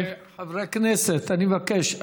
חברי הכנסת, אני מבקש.